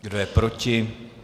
Kdo je proti?